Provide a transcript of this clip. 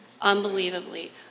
unbelievably